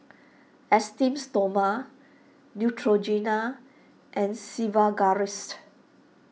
Esteems Stoma Neutrogena and Sigvaris